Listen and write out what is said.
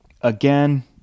again